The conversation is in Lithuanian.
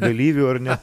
dalyvių ar ne